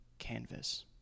canvas